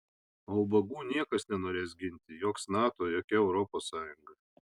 o ubagų niekas nenorės ginti joks nato jokia europos sąjunga